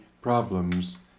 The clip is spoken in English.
problems